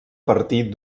partir